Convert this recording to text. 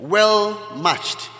Well-matched